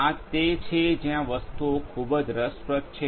આ તે છે જ્યાં વસ્તુઓ ખૂબ જ રસપ્રદ છે